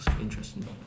interesting